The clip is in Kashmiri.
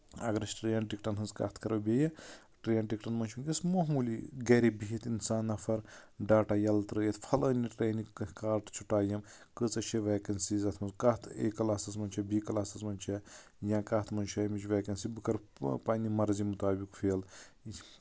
اَگر أسۍ ٹرین ٹِکٹن ہنٛز کَتھ کَرو بیٚیہِ ٹرین ٹِکٹن منٛز چھُ ونٛکیٚس معموٗلی گرِ بِہتھ اِنسان نَفر ڈاٹا ییٚلہٕ ترٲیِتھ فَلٲنہِ ٹرینہِ کَر چھُ ٹایم کٲژَھ چھِ ویکنسیز اتھ منٛز کَتھ اے کلاسس منٛز چھِ بی کَلاسَس منٛز چھِ یا کَتھ منٛز چھےٚ اَمیِچ ویکنسی بہٕ کَرٕ پَننہِ مرضی مُطٲبِق فِل